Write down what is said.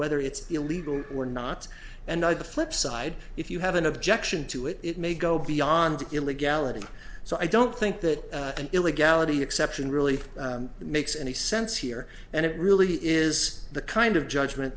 whether it's illegal or not and the flipside if you have an objection to it it may go beyond illegality so i don't think that an illegality exception really makes any sense here and it really is the kind of judgment